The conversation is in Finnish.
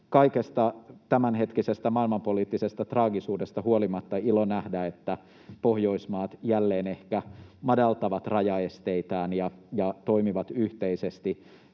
kaikesta tämänhetkisestä maailmanpoliittisesta traagisuudesta huolimatta ilo nähdä, että Pohjoismaat jälleen ehkä madaltavat rajaesteitään ja toimivat yhteisesti